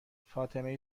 فاطمه